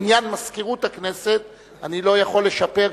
בעניין מזכירות הכנסת אני לא יכול לשפר,